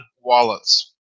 wallets